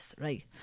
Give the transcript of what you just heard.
right